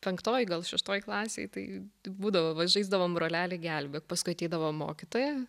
penktoj gal šeštoj klasėj tai būdavo va žaisdavom broleli gelbėk paskui ateidavo mokytoja